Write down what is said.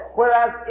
whereas